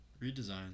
redesign